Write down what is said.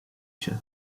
się